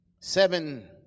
Seven